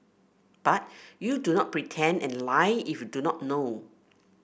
but you do not pretend and lie if you do not know